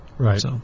Right